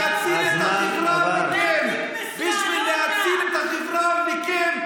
ואנחנו נעשה את הכול בשביל להציל את החברה מכם.